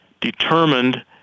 determined